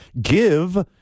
Give